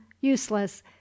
useless